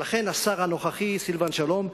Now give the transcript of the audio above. ולכן, השר הנוכחי, סילבן שלום,